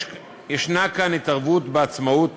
יש כאן התערבות בעצמאות